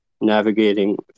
navigating